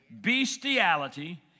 bestiality